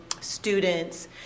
students